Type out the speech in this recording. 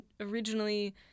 originally